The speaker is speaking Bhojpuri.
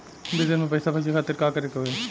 विदेश मे पैसा भेजे खातिर का करे के होयी?